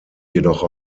jedoch